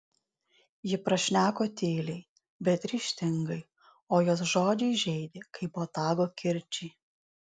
ji prašneko tyliai bet ryžtingai o jos žodžiai žeidė kaip botago kirčiai